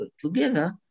together